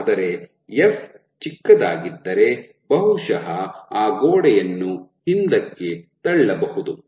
ಆದರೆ ಎಫ್ ಚಿಕ್ಕದಾಗಿದ್ದರೆ ಬಹುಶಃ ಆ ಗೋಡೆಯನ್ನು ಹಿಂದಕ್ಕೆ ತಳ್ಳಬಹುದು